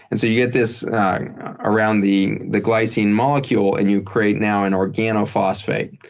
and so you get this around the the glycine molecule. and you create now an organophosphate.